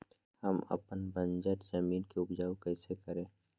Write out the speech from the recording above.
हम अपन बंजर जमीन को उपजाउ कैसे करे?